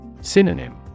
Synonym